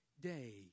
day